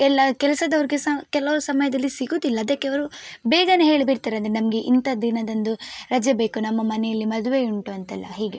ಎಲ್ಲ ಕೆಲಸದವರಿಗೆ ಸಹ ಕೆಲವು ಸಮಯದಲ್ಲಿ ಸಿಗೋದಿಲ್ಲ ಅದಕ್ಕೆ ಅವರು ಬೇಗನೇ ಹೇಳಿಬಿಡ್ತಾರೆ ಅಂದರೆ ನಮಗೆ ಇಂಥ ದಿನದಂದು ರಜೆ ಬೇಕು ನಮ್ಮ ಮನೆಯಲ್ಲಿ ಮದುವೆ ಉಂಟು ಅಂತೆಲ್ಲ ಹೀಗೆ